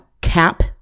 cap